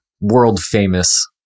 world-famous